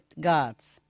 guards